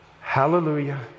Hallelujah